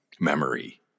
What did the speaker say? memory